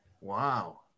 Wow